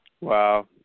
Wow